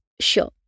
sure